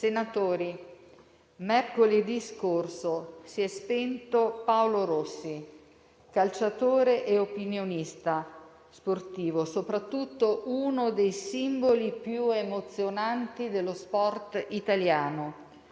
senatori, mercoledì scorso si è spento Paolo Rossi, calciatore e opinionista sportivo, ma soprattutto uno dei simboli più emozionanti dello sport italiano.